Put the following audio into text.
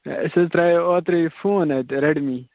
A اسہِ حظ ترٛوو اوٚترٕ یہِ فون اتہِ ریٚڈ مِی